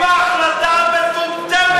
עם ההחלטה המטומטמת הזאת.